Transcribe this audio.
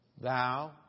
thou